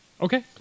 Okay